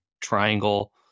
triangle